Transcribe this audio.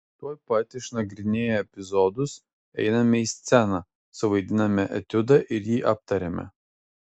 tuoj pat išnagrinėję epizodus einame į sceną suvaidiname etiudą ir jį aptariame